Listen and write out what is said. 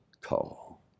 call